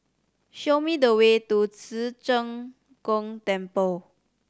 show me the way to Ci Zheng Gong Temple